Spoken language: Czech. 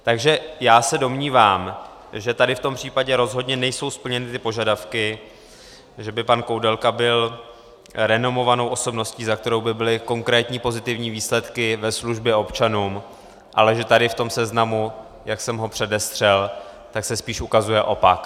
Takže se domnívám, že v tomto případě rozhodně nejsou splněny požadavky, že by pan Koudelka byl renomovanou osobností, za kterou by byly konkrétní pozitivní výsledky ve službě občanům, ale že v tomto seznamu, jak jsem ho předestřel, se spíš ukazuje opak.